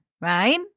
right